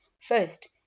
first